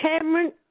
Cameron